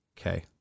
Okay